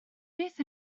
beth